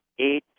eight